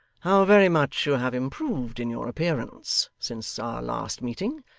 how very much you have improved in your appearance since our last meeting!